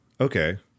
Okay